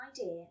idea